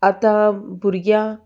आतां भुरग्यां